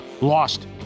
Lost